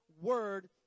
word